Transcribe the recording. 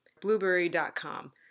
Blueberry.com